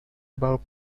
about